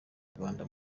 rwanda